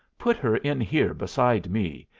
put her in here beside me,